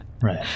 right